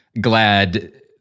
glad